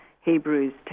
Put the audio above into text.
Hebrews